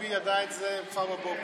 שביבי ידע את זה כבר בבוקר.